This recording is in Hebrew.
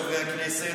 חברי הכנסת,